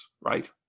right